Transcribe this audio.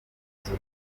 ahita